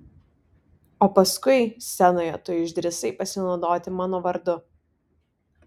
o paskui scenoje tu išdrįsai pasinaudoti mano vardu